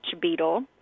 beetle